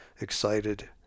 excited